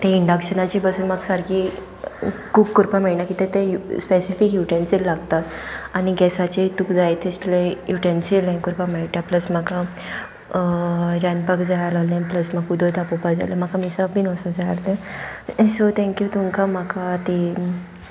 ते इंडक्शनाची पासून म्हाका सारकी कूक करपाक मेळना कितें ते स्पेसिफीक युटेन्सील लागता आनी गॅसाचेर तुका जाय तसलें युटेन्सील हें करपाक मेळटा प्लस म्हाका रांदपाक जाय आसलें प्लस म्हाका उदक तापोवपा जाय आ म्हाका मिसाक बीन असो जाय आसलें सो थँक्यू तुमकां म्हाका ती